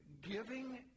Giving